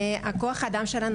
הכוח אדם שלנו,